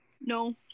No